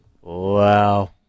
Wow